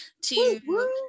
to-